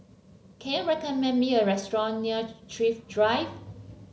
can you recommend me a restaurant near Thrift Drive